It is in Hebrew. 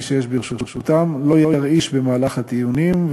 שיש ברשותם לא ירעיש במהלך הדיונים,